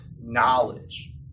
knowledge